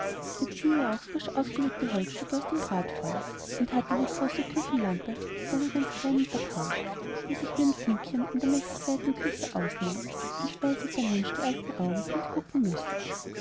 ziehe ihr auch frisch aufgelegte holzstücke aus dem bratfeuer und habe die große küchenlampe mit einer ganz kleinen vertauscht die sich wie ein fünkchen in der mächtig weiten küche ausnehme und wobei sich der mensch die alten augen blind gucken müsse